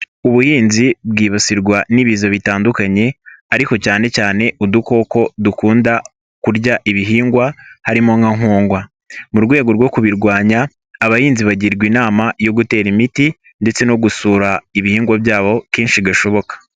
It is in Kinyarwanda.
Ubuhinzi bwibasirwa n'ibiza bitandukanye, ariko cyanecyane udukoko dukunda kurya ibihingwa harimo nka nkongwa. Mu rwego rwo kubirwanya abahinzi bagirwa inama yo gutera imiti, ndetse no gusura ibihingwa byabo kenshi gashoboka.